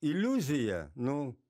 iliuziją nu